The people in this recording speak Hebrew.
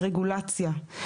ברגולציה.